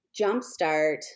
jumpstart